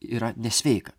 yra nesveika